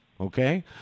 Okay